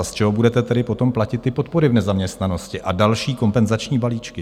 Z čeho budete tedy potom platit podpory v nezaměstnanosti a další kompenzační balíčky?